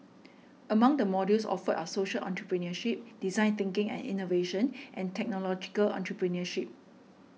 among the modules offered are social entrepreneurship design thinking and innovation and technological entrepreneurship